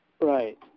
Right